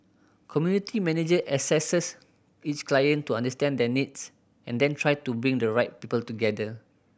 community manager assess each client to understand their needs and then try to bring the right people together